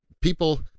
people